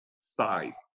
size